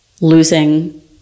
losing